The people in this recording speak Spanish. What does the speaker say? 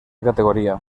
categoría